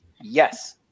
yes